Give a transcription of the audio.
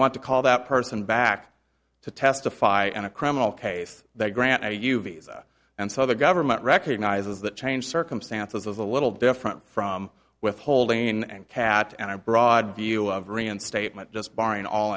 want to call that person back to testify in a criminal case they grant a u v s and so the government recognizes that change circumstances is a little different from withholding and cat and a broad view of reinstatement just barring all